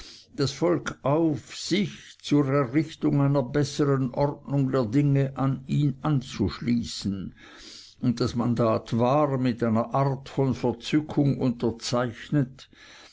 das volk auf sich zur errichtung einer besseren ordnung der dinge an ihn anzuschließen und das mandat war mit einer art von verrückung unterzeichnet